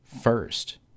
first